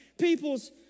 people's